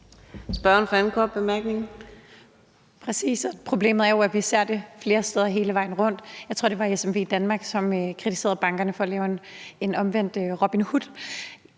problemet er jo, at vi ser det flere steder hele vejen rundt. Jeg tror, at det var SMVdanmark, der kritiserede bankerne for at lave en omvendt Robin Hood.